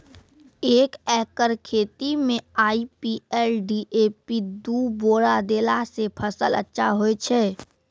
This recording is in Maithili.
एक एकरऽ खेती मे आई.पी.एल डी.ए.पी दु बोरा देला से फ़सल अच्छा होय छै?